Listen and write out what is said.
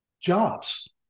Jobs